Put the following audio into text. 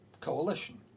coalition